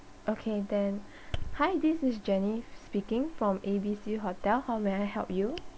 okay then hi this is jenny speaking from A_B_C hotel how may I help you